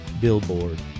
billboard